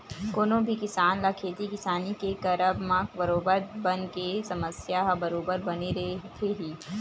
कोनो भी किसान ल खेती किसानी के करब म बरोबर बन के समस्या ह बरोबर बने रहिथे ही